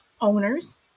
owners